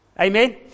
amen